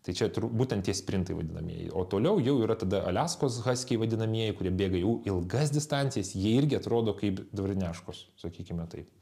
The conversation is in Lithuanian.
tai čia tur būtent tie sprintai vadinamieji o toliau jau yra tada aliaskos haskiai vadinamieji kurie bėga jau ilgas distancijas jie irgi atrodo kaip dvarneškos sakykime taip